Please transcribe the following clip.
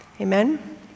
Amen